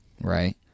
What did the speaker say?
right